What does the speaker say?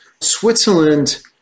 Switzerland